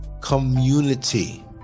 Community